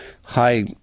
high